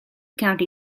county